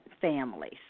families